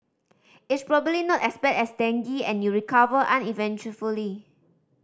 it's probably not as bad as dengue and you recover uneventfully